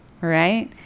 right